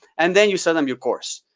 and then you sell them your course.